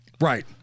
Right